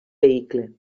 vehicle